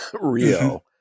Rio